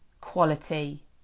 quality